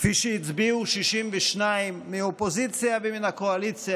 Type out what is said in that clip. כפי שהצביעו 62 מהאופוזיציה ומהקואליציה,